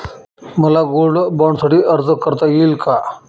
मला गोल्ड बाँडसाठी अर्ज करता येईल का?